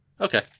Okay